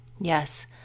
Yes